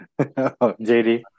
JD